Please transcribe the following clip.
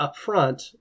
upfront